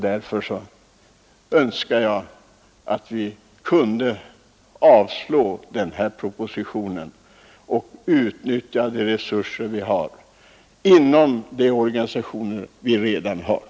Därför önskar jag att vi avslår propositionen och utnyttjar de resurser vi har inom de organisationer som redan finns.